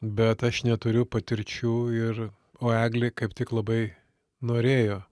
bet aš neturiu patirčių ir o eglė kaip tik labai norėjo